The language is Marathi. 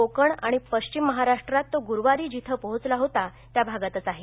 कोकण आणि पश्चिम महाराष्ट्रात तो गुरूवारी जिथं पोहोचला होता त्या भागातच आहे